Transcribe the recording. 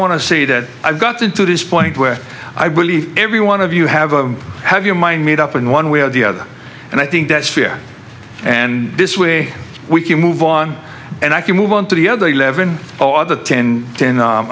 to say that i've gotten to this point where i believe every one of you have a have your mind made up in one way or the other and i think that's fair and this way we can move on and i can move on to the other eleven or the ten ten